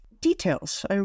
Details